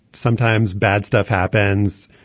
sometimes bad stuff happens.